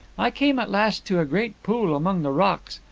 i came at last to a great pool among the rocks,